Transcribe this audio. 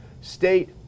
state